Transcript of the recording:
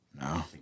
no